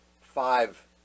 five